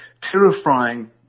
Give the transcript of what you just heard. terrifying